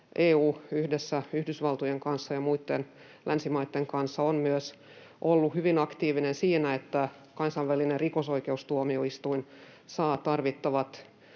EU yhdessä Yhdysvaltojen ja muitten länsimaitten kanssa on myös ollut hyvin aktiivinen siinä, että kansainvälinen rikostuomioistuin saa tarvittavat